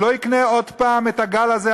הוא לא יקנה עוד הפעם את הגל הזה,